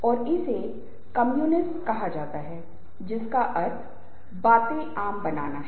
एक समूह को एक संगठित संरचना के रूप में माना जा सकता है जो एक सामान्य उद्देश्य अन्योन्याश्रय और श्रम के विभाजन वाले व्यक्तियों से बना है